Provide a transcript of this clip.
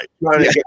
right